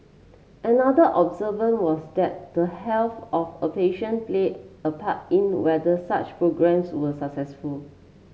another observant was that the health of a patient played a part in whether such programmes were successful